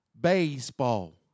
baseball